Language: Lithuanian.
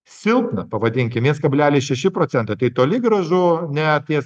silpną pavadinkime viens kablelis šeši procento tai toli gražu ne apie